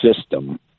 system